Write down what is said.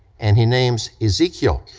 and he name's ezekiel.